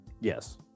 Yes